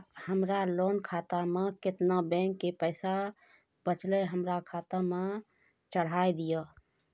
हमरा लोन खाता मे केतना बैंक के पैसा बचलै हमरा खाता मे चढ़ाय दिहो?